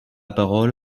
parole